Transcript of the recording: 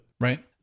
Right